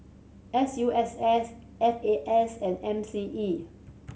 S U S S F A S and M C E